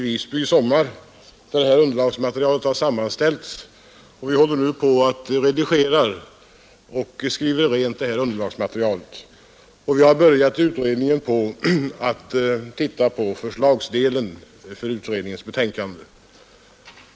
Vi håller nu på att redigera och skriva rent underlagsmaterialet, och vi har börjat att titta på förslagsdelen av utredningens betänkande.